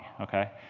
okay